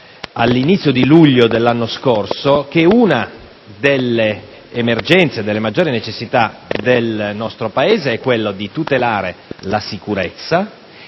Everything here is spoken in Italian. all'inizio di luglio dell'anno scorso - che una delle emergenze e delle maggiori necessità del nostro Paese è quella di tutelare la sicurezza.